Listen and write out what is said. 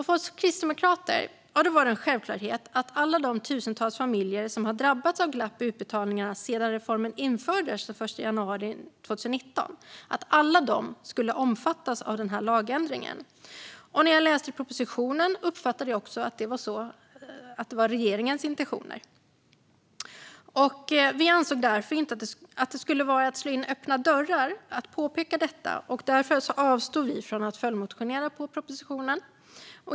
För oss kristdemokrater var det en självklarhet att alla de tusentals familjer som har drabbats av glapp i utbetalningarna sedan reformen infördes den 1 januari 2019 skulle omfattas av lagändringen. När jag läste propositionen uppfattade jag också att det var regeringens intention. Vi ansåg att det skulle vara att slå in öppna dörrar att påpeka detta och avstod därför från att följdmotionera på propositionen.